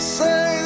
say